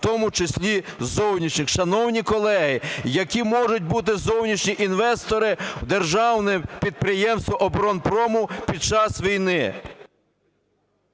в тому числі зовнішніх. Шановні колеги, які можуть бути зовнішні інвестори в державному підприємстві оборонпрому під час війни?